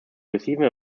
receiving